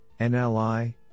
NLI